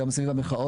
גם סביב המחאות,